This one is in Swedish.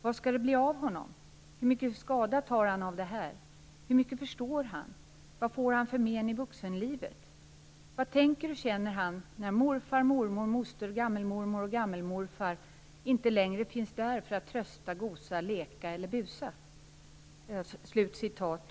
Vad ska det bli av honom? Hur mycket skada tar han av det här? Hur mycket förstår han? Vad får han för men i vuxenlivet? Vad tänker och känner han när morfar, mormor, moster, gammelmormor och 'gammelmorfar' inte längre finns där för att trösta, 'gosa', leka eller busa?"